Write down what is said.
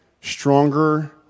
stronger